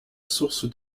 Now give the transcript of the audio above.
source